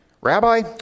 Rabbi